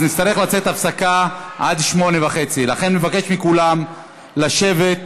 נצטרך לצאת להפסקה עד 20:30. לכן אני מבקש מכולם לשבת,